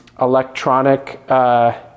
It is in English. electronic